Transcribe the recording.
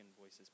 voices